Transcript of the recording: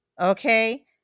Okay